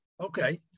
Okay